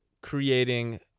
creating